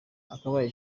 akabaye